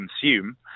consume